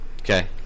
Okay